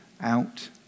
out